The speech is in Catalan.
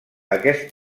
aquest